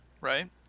right